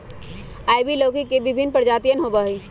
ivy लौकी के विभिन्न प्रजातियन होबा हई